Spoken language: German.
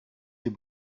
dem